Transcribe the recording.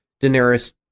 Daenerys